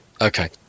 Okay